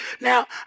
Now